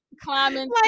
Climbing